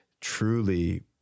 truly